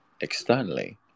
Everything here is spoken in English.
externally